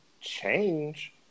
change